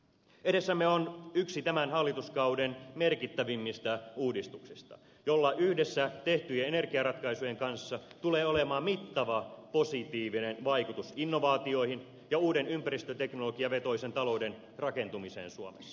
edessämme on yksi tämän hallituskauden merkittävimmistä uudistuksista jolla yhdessä tehtyjen energiaratkaisujen kanssa tulee olemaan mittava positiivinen vaikutus innovaatioihin ja uuden ympäristöteknologiavetoisen talouden rakentumiseen suomessa